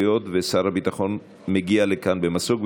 היות ששר הביטחון מגיע לכאן במסוק,